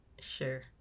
Sure